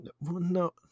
no